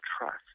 trust